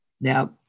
now